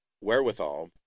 wherewithal